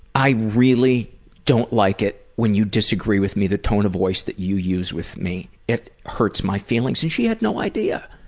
i really don't like it when you disagree with me, the tone of voice that you use with me, it hurts my feelings. and she had no idea,